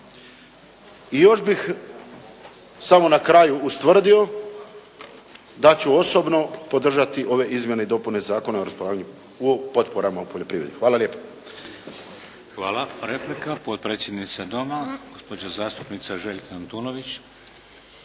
I još bih samo na kraju ustvrdio da ću osobno podržati ove Izmjene i dopune Zakona o raspolaganju potporama u poljoprivredi. Hvala lijepo. **Šeks, Vladimir (HDZ)** Hvala. Replika, potpredsjednica Doma, gospođa zastupnica Željka Antunović.